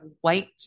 white